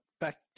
back